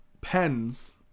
pens